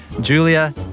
Julia